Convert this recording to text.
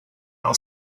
i’ll